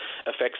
affects